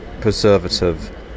preservative